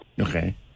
Okay